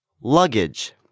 Luggage